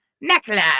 Necklace